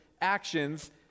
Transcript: actions